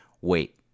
Wait